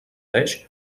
desh